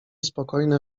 spokojnie